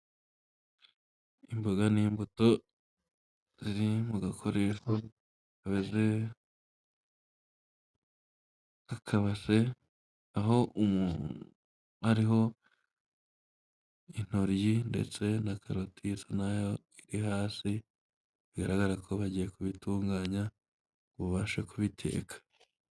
Imboga n'imbuto ziri mugakoreho kameze nk'akabase aho hariho intoryi ndetse na karoti na yo iri hasi bigaragara ko bagiye kubitunganya ngo babashe kubiteka.